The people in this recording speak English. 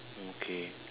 okay